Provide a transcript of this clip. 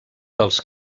dels